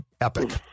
epic